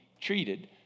treated